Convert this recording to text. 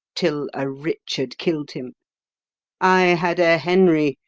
till a richard kill'd him i had a henry,